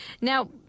Now